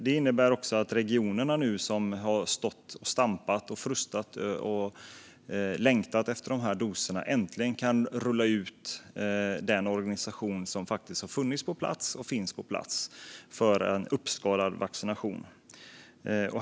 Det innebär också att regionerna, som har stått och stampat och frustat och längtat efter de här doserna, nu äntligen kan rulla ut den organisation som faktiskt har funnits på plats och finns på plats för en uppskalad vaccination.